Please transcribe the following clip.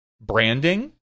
branding